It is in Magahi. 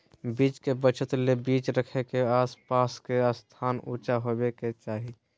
बीज के बचत ले बीज रखे के आस पास के स्थान ऊंचा होबे के चाही